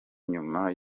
nyuma